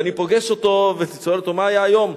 ואני פוגש אותו ושואל אותו: מה היה היום?